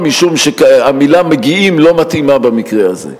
כביכול, משום שהמלה "מגיעים" לא מתאימה במקרה הזה.